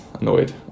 annoyed